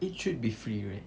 it should be free right